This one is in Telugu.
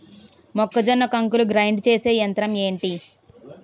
మొక్కజొన్న కంకులు గ్రైండ్ చేసే యంత్రం ఏంటి?